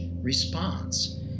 response